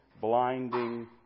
Blinding